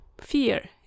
Fear